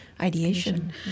Ideation